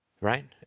Right